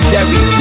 Jerry